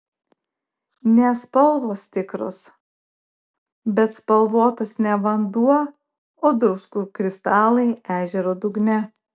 ne spalvos tikros bet spalvotas ne vanduo o druskų kristalai ežero dugne